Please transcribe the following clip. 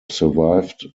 survived